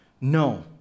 No